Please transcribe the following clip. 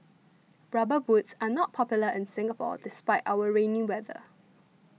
rubber boots are not popular in Singapore despite our rainy weather